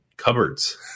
cupboards